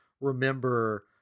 remember